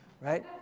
Right